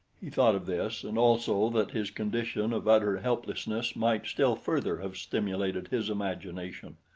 he thought of this and also that his condition of utter helplessness might still further have stimulated his imagination.